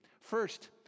first